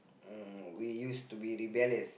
we used to be rebellious